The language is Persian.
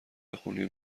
بخونی